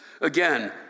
Again